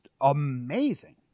amazing